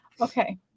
Okay